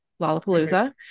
Lollapalooza